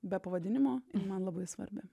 be pavadinimo jinai man labai svarbi